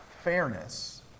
fairness